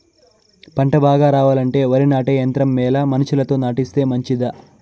పంట బాగా రావాలంటే వరి నాటే యంత్రం మేలా మనుషులతో నాటిస్తే మంచిదా?